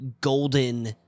golden